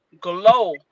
glow